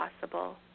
possible